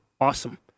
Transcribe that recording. Awesome